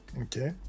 Okay